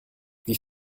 wie